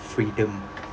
freedom